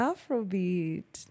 Afrobeat